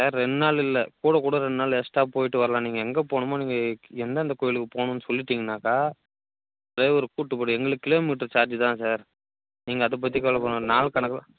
sir ரெண்டு நாள் இல்லை கூட கூட ரெண்டு நாள் எக்ஸ்ட்ரா போய்விட்டு வரலாம் நீங்கள் எங்கே போகணுமோ நீங்கள் எந்தெந்த கோயிலுக்கு போகணுன்னு சொல்லிவிட்டீங்கன்னாக்கா ட்ரைவர் கூப்பிட்டு போய்விட்டு எங்களுக்கு கிலோ மீட்ரு சார்ஜ் தானே சார் நீங்கள் அதை பற்றி கவலப்பட வேணாம் நாள் கணக்கு